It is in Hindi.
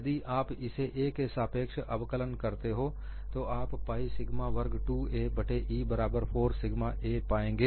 यदि आप इसे a के सापेक्ष अवकलन करते हो तो आप पाइ सिग्मा वर्ग 2a बट्टे E बराबर 4 सिग्मा s पाएंगे